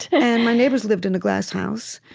and my neighbors lived in a glass house.